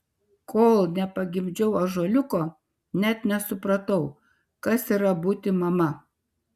kol nepagimdžiau ąžuoliuko net nesupratau kas yra būti mama